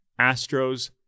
Astros